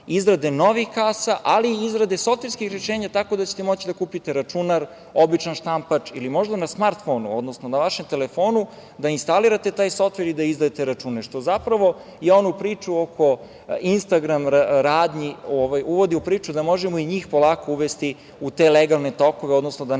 izrade novih kasa, ali izrade i softverskih rešenja, tako da ćete moći da kupite računar, običan štampač ili možda na smartfonu, odnosno na vašem telefonu da instalirate taj softver i da izdajete račune, što zapravo i onu priču oko instagram radnji uvodi u priču, pa da možemo i njih polako da uvedemo u legalne tokove, odnosno da ne